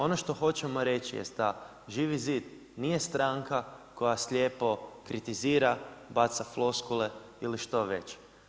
Ono što hoćemo reći jest da Živi zid nije stranka koja slijepo kritizira baca floskule ili što već.